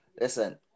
Listen